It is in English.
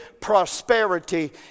prosperity